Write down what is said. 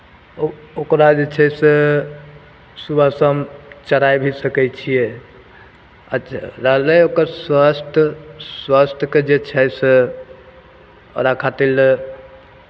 ओ ओकरा जे छै से सुबह शाम चराय भी सकै छियै अच् रहलै ओकर स्वास्थ्य स्वास्थ्यके जे छै से ओकरा खातिर लए